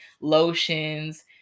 lotions